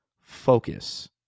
focus